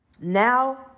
now